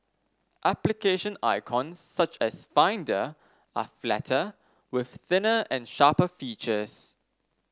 application icons such as Finder are flatter with thinner and sharper features